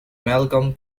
malcolm